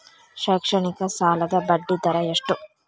ಶೈಕ್ಷಣಿಕ ಸಾಲದ ಬಡ್ಡಿ ದರ ಎಷ್ಟು?